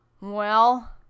Well